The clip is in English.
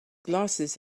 glasses